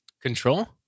Control